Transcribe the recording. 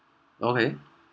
okay